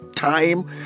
Time